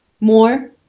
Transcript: more